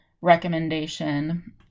recommendation